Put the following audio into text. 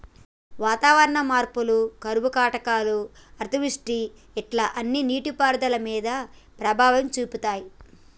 వాతావరణ మార్పులు కరువు కాటకాలు అతివృష్టి ఇట్లా అన్ని నీటి పారుదల మీద ప్రభావం చూపితాయ్